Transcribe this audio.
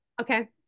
Okay